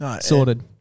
Sorted